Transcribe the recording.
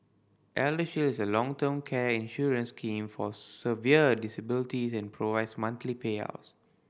ElderShield is a long term care insurance scheme for severe disability and provides monthly payouts